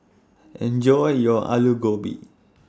Enjoy your Alu Gobi